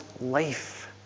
life